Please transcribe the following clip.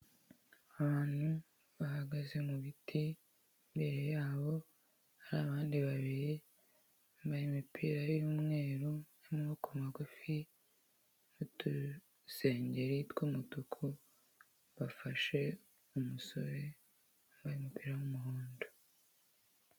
Abantu bahagaze mu biti, imbere yabo hari abandi babiri bambaye imipira y'umweru y'amboko magufi n'udusengeri tw'umutuku, bafashe umusore wambaye umupira w'umuhondo.